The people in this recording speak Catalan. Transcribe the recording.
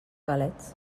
galets